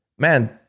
Man